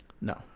No